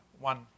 one